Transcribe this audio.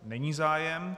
Není zájem.